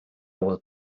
will